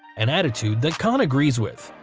an attitude that khan agrees with.